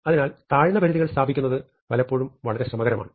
അതിനാൽ താഴ്ന്നപരിധികൾ സ്ഥാപിക്കുന്നത് പലപ്പോഴും വളരെ ശ്രമകരമാണ്